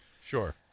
sure